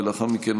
ולאחר מכן,